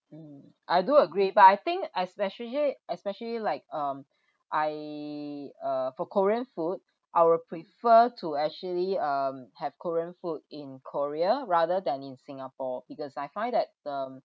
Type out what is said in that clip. mm I do agree but I think especially like um I uh for korean food I will prefer to actually um have korean food in korea rather than in singapore because I find that the